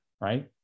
right